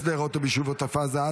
בשדרות וביישובי עוטף עזה),